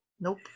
Nope